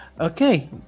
Okay